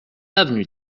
avenue